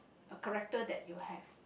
a character that you have